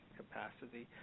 capacity